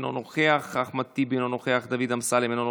אינו נוכח,